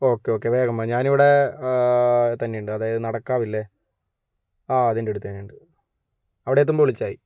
okay okay വേഗം വാ ഞാനിവിടെ തന്നെയുണ്ട് അതായത് നടക്കാവില്ലേ ആ അതിൻ്റെ അടുത്ത് തന്നെയുണ്ട് അവിടെ ഏതു എത്തുമ്പോൾ വിളിച്ചായി